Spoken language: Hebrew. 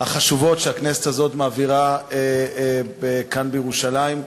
החשובות שהכנסת הזאת מעבירה כאן בירושלים.